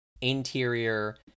interior